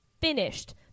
finished